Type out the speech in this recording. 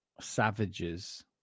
savages